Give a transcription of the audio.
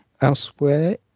Elsewhere